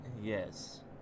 Yes